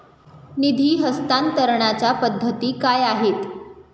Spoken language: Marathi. निधी हस्तांतरणाच्या पद्धती काय आहेत?